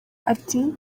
ati